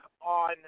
on